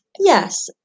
Yes